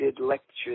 lectures